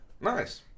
Nice